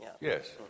Yes